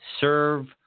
serve